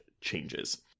changes